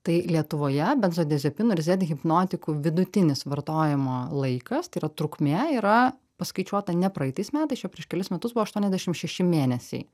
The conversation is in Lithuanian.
tai lietuvoje benzodiazepinų ir zet hipnotikų vidutinis vartojimo laikas tai yra trukmė yra paskaičiuota ne praeitais metais čia prieš kelis metus buvo aštuoniasdešim šeši mėnesiai